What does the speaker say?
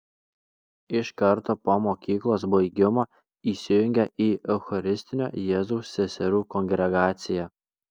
iš karto po mokyklos baigimo įsijungė į eucharistinio jėzaus seserų kongregaciją